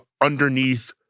underneath